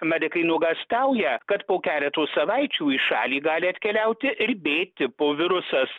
medikai nuogąstauja kad po keletos savaičių į šalį gali atkeliauti ir b tipo virusas